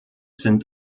sind